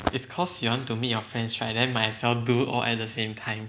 it's cause you want to meet your friends right then might as well do all the same time